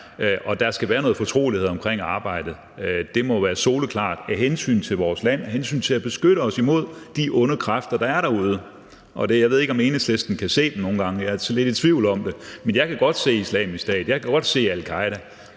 og der skal være noget fortrolighed omkring arbejdet, det må være soleklart, af hensyn til vores land, af hensyn til at beskytte os imod de onde kræfter, der er derude. Jeg ved ikke, om Enhedslisten nogle gange kan se dem, jeg er sådan lidt i tvivl om det, men jeg kan godt se Islamisk Stat, jeg kan godt se al-Qaeda,